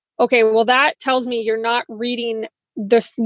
ok, well, that tells me you're not reading this.